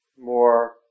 more